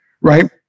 Right